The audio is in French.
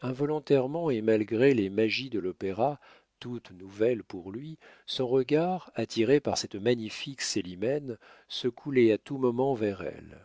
involontairement et malgré les magies de l'opéra toutes nouvelles pour lui son regard attiré par cette magnifique célimène se coulait à tout moment vers elle